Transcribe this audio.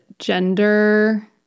Gender